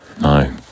no